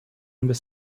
einen